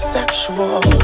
Sexual